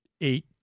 eight